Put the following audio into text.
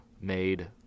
made